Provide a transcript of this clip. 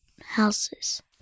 houses